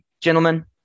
gentlemen